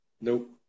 Nope